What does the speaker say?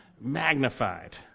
Magnified